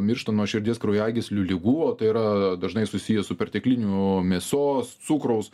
miršta nuo širdies kraujagyslių ligų o tai yra dažnai susiję su pertekliniu mėsos cukraus